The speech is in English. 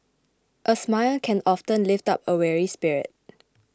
a smile can often lift up a weary spirit